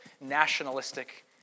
nationalistic